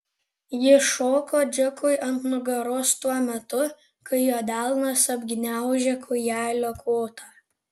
ji šoko džekui ant nugaros tuo metu kai jo delnas apgniaužė kūjelio kotą